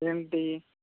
ఏంటి